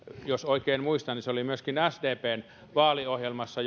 jos oikein muistan se oli myöskin sdpn vaaliohjelmassa